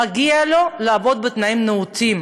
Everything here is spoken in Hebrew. מגיע לו לעבוד בתנאים נאותים.